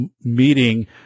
meeting